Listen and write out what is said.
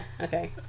okay